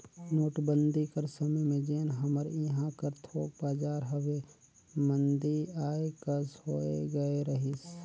नोटबंदी कर समे में जेन हमर इहां कर थोक बजार हवे मंदी आए कस होए गए रहिस